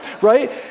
right